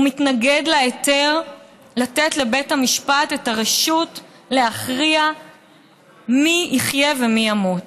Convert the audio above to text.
הוא מתנגד להיתר לתת לבית המשפט את הרשות להכריע מי יחיה ומי ימות.